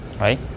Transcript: right